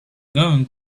going